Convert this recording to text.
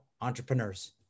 Entrepreneurs